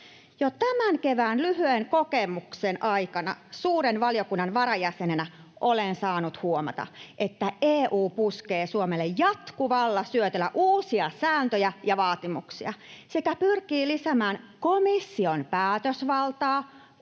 Jo tämän kevään lyhyen kokemuksen aikana suuren valiokunnan varajäsenenä olen saanut huomata, että EU puskee Suomelle jatkuvalla syötöllä uusia sääntöjä ja vaatimuksia sekä pyrkii lisäämään komission päätösvaltaa